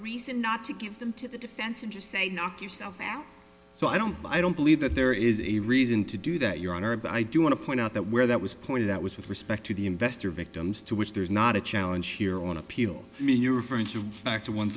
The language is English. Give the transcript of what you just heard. recent not to give them to the defense and just say knock yourself out so i don't i don't believe that there is a reason to do that your honor but i do want to point out that where that was pointed out was with respect to the investor victims to which there's not a challenge here on appeal i mean you're referring to back to one